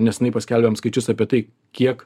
nesenai paskelbėm skaičius apie tai kiek